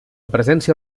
presència